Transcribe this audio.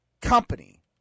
company